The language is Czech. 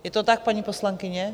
Je to tak, paní poslankyně?